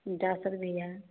जासर भी है